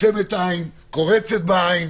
עוצמת עין, קורצת בעין,